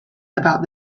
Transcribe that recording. about